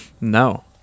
No